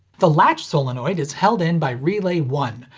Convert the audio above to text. the latch solenoid is held in by relay one,